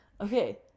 Okay